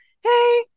hey